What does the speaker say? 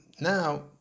now